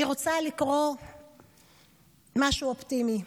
אני רוצה לקרוא משהו אופטימי,